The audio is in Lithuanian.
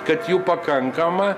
kad jų pakankama